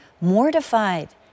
mortified